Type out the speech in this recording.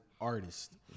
artist